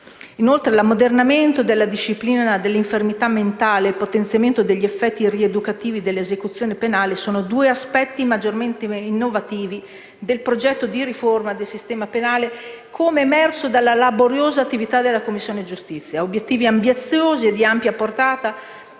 Inoltre, l'ammodernamento della disciplina dell'infermità mentale, e il potenziamento degli effetti rieducativi dell'esecuzione penale sono due degli aspetti maggiormente innovativi del progetto di riforma del sistema penale come emerso dalla laboriosa attività della Commissione giustizia. Obiettivi ambiziosi e di ampia portata